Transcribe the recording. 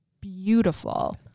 beautiful